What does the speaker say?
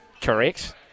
Correct